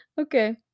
Okay